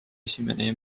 esimene